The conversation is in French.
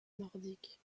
nordique